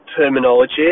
terminology